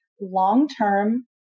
long-term